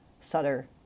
Sutter